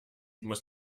muss